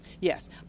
Yes